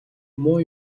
муу